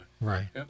right